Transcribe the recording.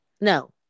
no